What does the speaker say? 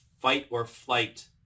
fight-or-flight